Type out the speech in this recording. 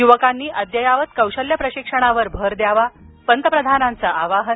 युवकांनी अद्ययावत कौशल्य प्रशिक्षणावर भर द्यावा पंतप्रधानांचं आवाहन